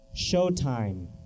Showtime